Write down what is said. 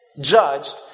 Judged